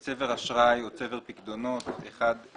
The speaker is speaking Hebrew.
בהתאם לצבר האשראי שלו או לצבר הפיקדונות שלו כמפורט